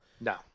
No